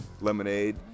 Lemonade